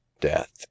death